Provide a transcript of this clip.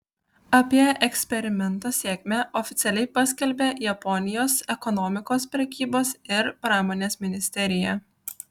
apie eksperimento sėkmę oficialiai paskelbė japonijos ekonomikos prekybos ir pramonės ministerija